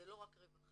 זה לא רק רווחה,